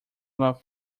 love